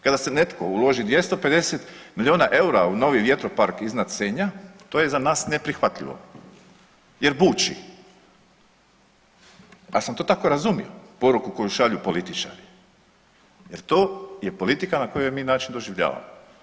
Kada se netko uloži 250 milijuna eura u novi vjetropark iznad Senja to je za nas neprihvatljivo jer buči ja sam to tako razumio, poruku koju šalju političari jer to je politika na koji ju mi način doživljavamo.